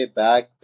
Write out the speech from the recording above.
back